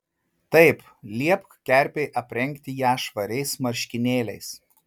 taip liepk kerpei aprengti ją švariais marškinėliais